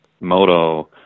moto